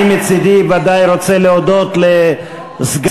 אני מצדי ודאי רוצה להודות לסגני,